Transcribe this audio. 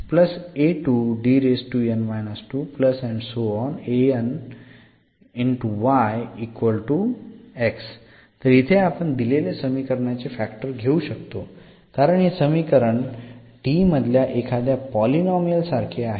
तर इथे आपण दिलेले समीकरणाचे फॅक्टर्स घेऊ शकतो कारण हे समीकरण हे D मधल्या एखाद्या पॉलिनॉमियल सारखे आहे